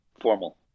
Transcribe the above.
formal